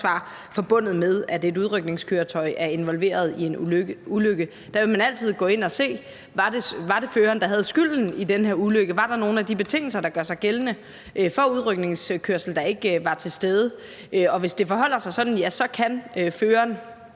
forbundet med, at et udrykningskøretøj er involveret i en ulykke. Der vil man altid gå ind og se: Var det føreren, der havde skylden i den her ulykke? Var der nogle af de betingelser, der gør sig gældende for udrykningskørsel, der ikke var til stede? Og hvis det forholder sig sådan, kan der